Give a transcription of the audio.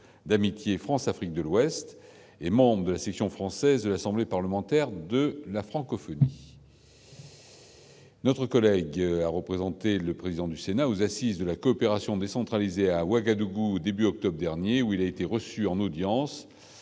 d'amitié France-Afrique de l'Ouest et membre de la section française de l'Assemblée parlementaire de la francophonie, notre collègue a représenté le président du Sénat, aux Assises de la coopération décentralisée à Ouagadougou début octobre dernier où il a été reçu en audience